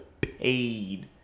paid